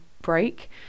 break